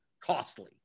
costly